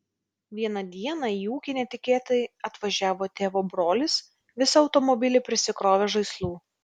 vieną dieną į ūkį netikėtai atvažiavo tėvo brolis visą automobilį prisikrovęs žaislų